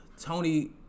Tony